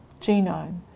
genome